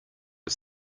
are